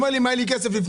אם היה לי כסף קודם